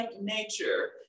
nature